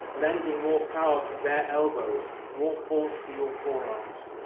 lending more power to bare elbows, more force to your forearms.